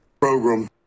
program